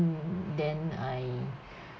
then I